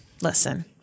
Listen